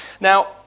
Now